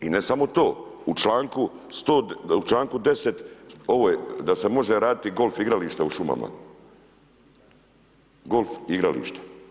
I ne samo to u članku 10. ovo je, da se može raditi golf igrališta u šumama, golf igrališta.